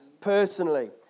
personally